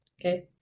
Okay